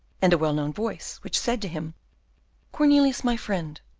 and a well-known voice, which said to him cornelius, my friend,